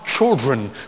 Children